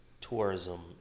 tourism